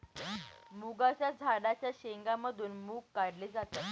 मुगाच्या झाडाच्या शेंगा मधून मुग काढले जातात